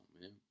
man